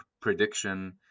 prediction